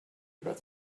about